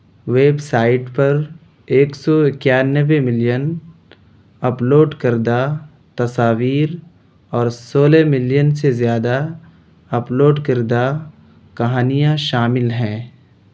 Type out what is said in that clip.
web site پر ایک سو اکیانوے ملین اپلوڈ کردہ تصاویر اور سولہ ملین سے زیادہ اپلوڈ کردہ کہانیاں شامل ہیں